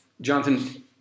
Jonathan